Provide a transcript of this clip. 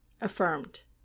Affirmed